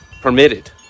permitted